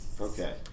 Okay